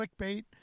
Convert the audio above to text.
clickbait